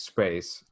Space